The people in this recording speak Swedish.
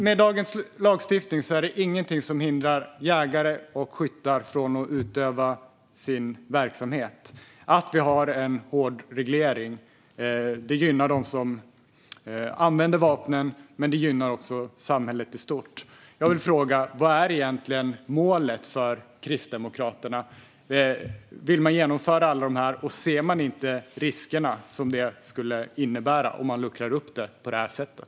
Med dagens lagstiftning är det ingenting som hindrar jägare och skyttar att utöva sin verksamhet. Att vi har en hård reglering gynnar dem som använder vapnen, men det gynnar också samhället i stort. Jag vill fråga: Vad är egentligen målet för Kristdemokraterna? Vill man genomföra allt detta? Ser man inte riskerna som det skulle innebära om man luckrar upp det på det här sättet?